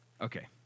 okay